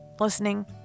listening